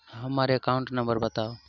हम्मर account number बताऊ?